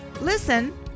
Listen